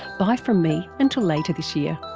bye from me until later this year